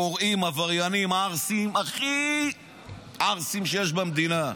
פורעים, עבריינים, ערסים, הכי ערסים שיש במדינה.